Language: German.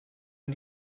man